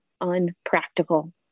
unpractical